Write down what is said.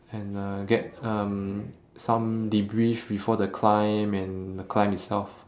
and uh get um some debrief before the climb and the climb itself